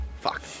Fuck